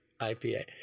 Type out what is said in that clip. ipa